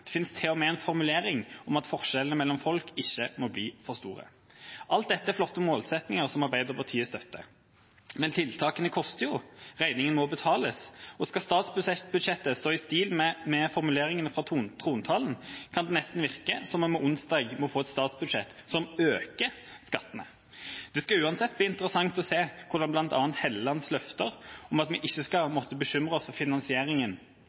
Det finnes til og med en formulering om at forskjellene mellom folk ikke må bli for store. Alt dette er flotte målsettinger som Arbeiderpartiet støtter. Men tiltakene koster, regninga må betales, og skal statsbudsjettet stå i stil med formuleringene fra trontalen, kan det nesten virke som om vi onsdag må få et statsbudsjett som øker skattene. Det skal uansett bli interessant å se hvordan bl.a. Hellelands løfter om at vi ikke skal måtte bekymre oss for finansieringen